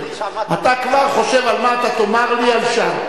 אתה כבר חושב על מה אתה תאמר לי על שם.